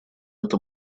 это